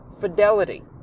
fidelity